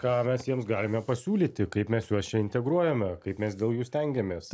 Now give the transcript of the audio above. ką mes jiems galime pasiūlyti kaip mes juos čia integruojame kaip mes dėl jų stengiamės